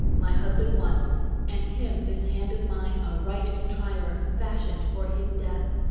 my husband once and him this hand of mine, a right contriver, fashioned for his death.